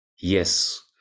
yes